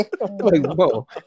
whoa